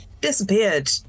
Disappeared